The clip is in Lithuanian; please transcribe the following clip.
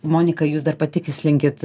monika jūs dar patikslinkit